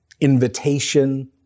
invitation